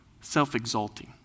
self-exalting